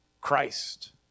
Christ